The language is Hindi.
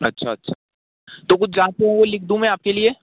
अच्छा अच्छा तो कुछ जाँचे हैं वो लिख दूँ मैं आपके लिए